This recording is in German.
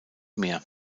meer